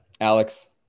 Alex